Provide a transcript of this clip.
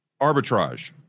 arbitrage